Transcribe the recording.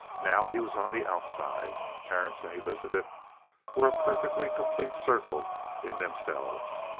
now he was on the outside. terence and elizabeth were a perfectly completed circle in themselves.